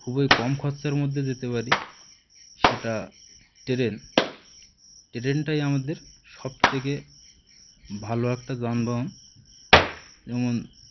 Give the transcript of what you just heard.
খুবই কম খরচার মধ্যে যেতে পারি সেটা ট্রেন ট্রেনটাই আমাদের সবথেকে ভালো একটা যানবাহন যেমন